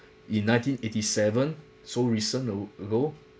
in nineteen eighty seven so recent a ago